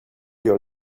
your